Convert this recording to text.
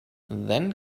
then